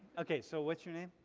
okay, so what's your name?